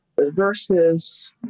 versus